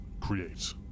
create